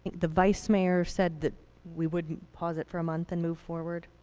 the vice mayor said that we wouldn't pause it for a month and move forward.